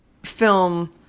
film